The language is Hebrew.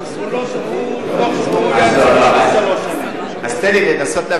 תן לי לנסות להבהיר.